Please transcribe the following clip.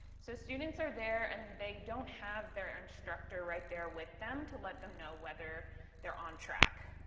so students are there and they don't have their instructor right there with them to let them know whether they're on track.